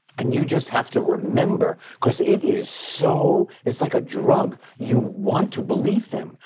and you just have to remember cause it is so, it's like a drug, you want to believe them.